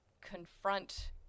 confront